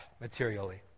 materially